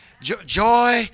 Joy